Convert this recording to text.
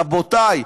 רבותי,